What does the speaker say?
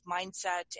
mindset